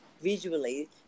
visually